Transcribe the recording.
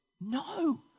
No